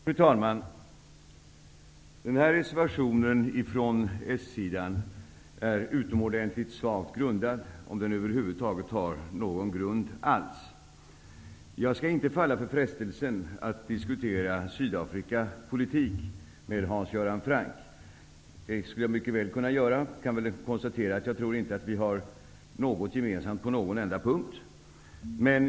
Fru talman! Den här reservationen från s-sidan är utomordentligt svagt grundad, om den över huvud taget har någon grund alls. Jag skall inte falla för frestelsen att diskutera Sydafrikapolitik med Hans Göran Franck. Det skulle jag mycket väl kunna göra, men jag tror inte att vi har något gemensamt på en enda punkt.